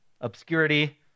obscurity